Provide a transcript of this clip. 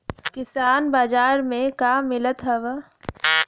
किसान बाजार मे का मिलत हव?